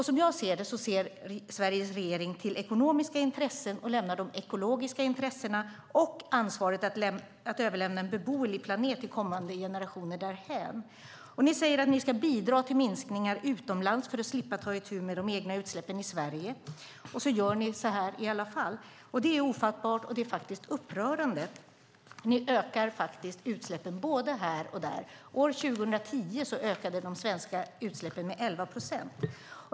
Som jag ser det ser Sveriges regering till ekonomiska intressen och lämnar de ekologiska intressena och ansvaret att överlämna en beboelig planet till kommande generationer därhän. Ni säger att ni ska bidra till minskningar utomlands för att slippa ta itu med de egna utsläppen i Sverige, och så gör ni så här i alla fall. Det är ofattbart och upprörande. Ni ökar faktiskt utsläppen både här och där. År 2010 ökade de svenska utsläppen med 11 procent.